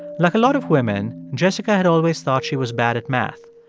like a lot of women, jessica had always thought she was bad at math.